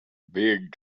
big